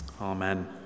Amen